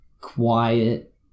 quiet